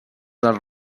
del